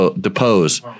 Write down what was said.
depose